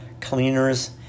cleaners